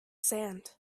sand